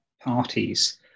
parties